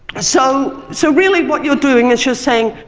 so so really, what you're doing is you're saying,